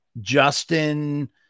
Justin